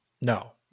no